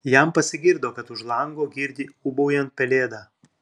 jam pasigirdo kad už lango girdi ūbaujant pelėdą